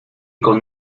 con